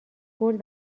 برد